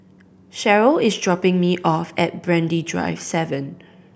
Cherryl is dropping me off at Brani Drive Seven